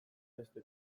beste